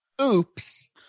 oops